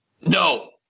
No